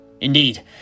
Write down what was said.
Indeed